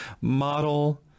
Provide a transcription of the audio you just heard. model